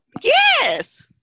Yes